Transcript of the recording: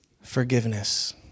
Forgiveness